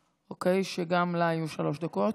אוקיי, גם לה יהיו שלוש דקות.